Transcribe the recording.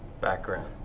background